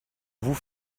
vous